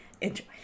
enjoy